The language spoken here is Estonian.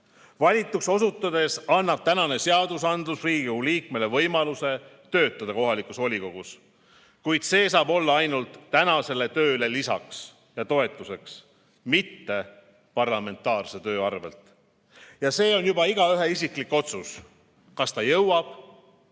valituks osutudes Riigikogu liikmele võimaluse töötada kohalikus volikogus, kuid see saab olla ainult tänasele tööle lisaks ja toetuseks, mitte parlamentaarse töö arvelt. Ja see on juba igaühe isiklik otsus, kas ta jõuab